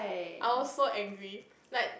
I was so angry like